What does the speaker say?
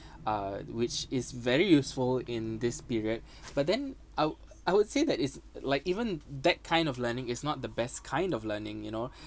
uh which is very useful in this period but then I'd I would say that it's like even that kind of learning is not the best kind of learning you know